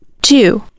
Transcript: Two